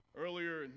Earlier